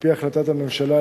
על-פי החלטת הממשלה,